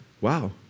wow